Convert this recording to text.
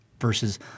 Versus